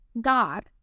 God